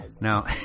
Now